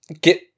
get